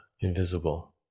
invisible